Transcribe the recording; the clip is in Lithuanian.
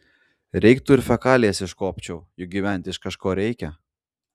reiktų ir fekalijas iškuopčiau juk gyventi iš kažko reikia